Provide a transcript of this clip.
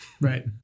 Right